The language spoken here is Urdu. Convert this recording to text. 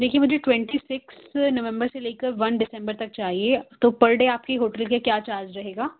دیکھیے مجھے ٹوینٹی سکس نومبر سے لے کر ون ڈسمبر تک چاہیے تو پر ڈے آپ کی ہوٹل کے کیا چارج رہے گا